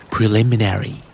Preliminary